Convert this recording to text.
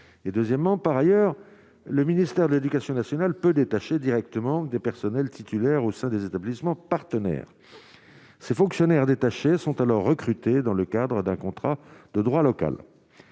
et deuxièmement, par ailleurs, le ministère de l'Éducation nationale peut détacher directement des personnels titulaires au sein des établissements partenaires ces fonctionnaires détachés sont alors recrutés dans le cadre d'un contrat de droit local